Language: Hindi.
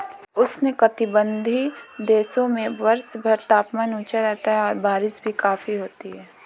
उष्णकटिबंधीय देशों में वर्षभर तापमान ऊंचा रहता है और बारिश भी काफी होती है